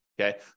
okay